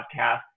podcast